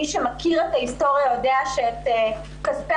מי שמכיר את ההיסטוריה יודע שאת כספי